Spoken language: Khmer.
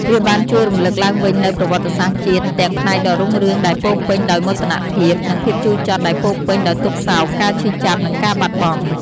វាបានជួយរំឭកឡើងវិញនូវប្រវត្តិសាស្ត្រជាតិ ទាំងផ្នែកដ៏រុងរឿងដែលពោរពេញដោយមោទនភាព និងភាពជូរចត់ដែលពោរពេញដោយទុក្ខសោក ការឈឺចាប់ និងការបាត់បង់។